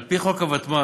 על-פי חוק הוותמ"ל,